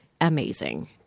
amazing